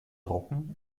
drucken